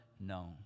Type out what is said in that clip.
known